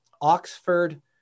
Oxford